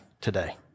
today